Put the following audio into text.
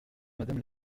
madame